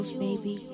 baby